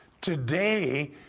today